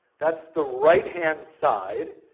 that's the right-hand side,